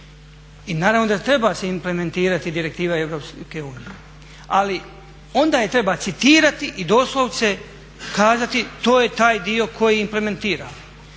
I naravno da treba se implementirati direktiva EU, ali onda je treba citirati i doslovce kazati to je taj dio koji implementiramo.